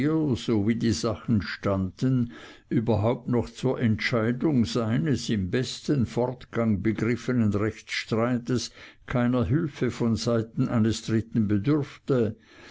so wie die sachen standen überhaupt noch zur entscheidung seines im besten fortgang begriffenen rechtsstreits keiner hülfe von seiten eines dritten bedürfte